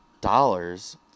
dollars